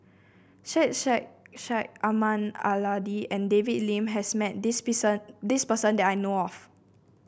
Syed Sheikh Syed Ahmad Al Hadi and David Lim has met this this person that I know of